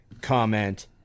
comment